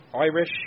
Irish